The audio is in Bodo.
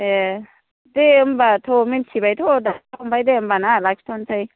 ए' दे होमबाथ' मोनथिबायथ' दासो आमफ्राय दे होमबा ना लाखिथ'सै